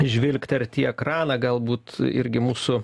žvilgtert į ekraną galbūt irgi mūsų